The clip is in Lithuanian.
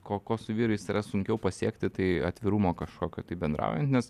ko ko su vyrais yra sunkiau pasiekti tai atvirumo kažkokio tai bendraujant nes